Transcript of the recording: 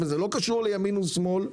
וזה לא קשור לימין ושמאל,